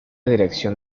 dirección